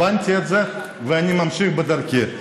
הבנתי את זה, ואני ממשיך בדרכי.